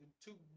two